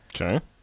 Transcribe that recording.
Okay